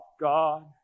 God